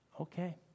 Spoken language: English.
okay